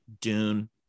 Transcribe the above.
Dune